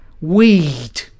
weed